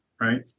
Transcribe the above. Right